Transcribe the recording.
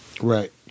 right